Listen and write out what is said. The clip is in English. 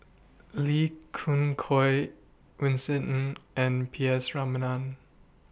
Lee Khoon Choy Vincent Ng and P S